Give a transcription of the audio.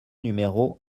numéro